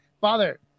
Father